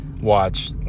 Watch